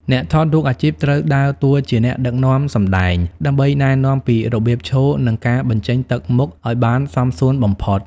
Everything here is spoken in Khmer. អ្នកថតរូបអាជីពត្រូវដើរតួជាអ្នកដឹកនាំសម្តែង ដើម្បីណែនាំពីរបៀបឈរ និងការបញ្ចេញទឹកមុខឱ្យបានសមសួនបំផុត។